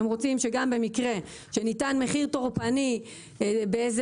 שהם רוצים שגם במקרה שניתן מחיר טורפני באיזה